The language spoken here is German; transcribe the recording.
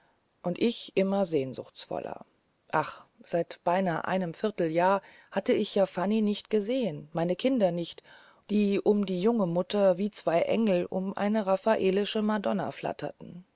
und ich immer sehnsuchtsvoller ach seit beinahe einem vierteljahr hatte ich ja fanny nicht gesehen meine kinder nicht die um die junge mutter wie zwei engel um eine raphaelische madonna flatterten